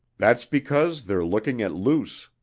that's because they're looking at luce.